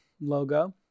logo